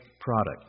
product